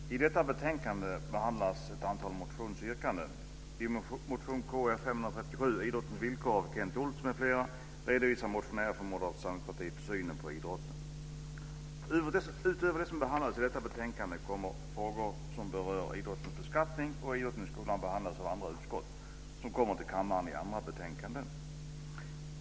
Herr talman! I detta betänkande behandlas ett antal motionsyrkanden. I motion Kr537 Idrottens villkor av Kent Olsson m.fl. redovisar motionärerna från Moderata samlingspartiet deras syn på idrotten. Utöver det som behandlas i detta betänkande kommer frågor som berör idrottens beskattning och idrotten i skolan att behandlas av andra utskott och kommer till kammarens behandling via andra betänkanden.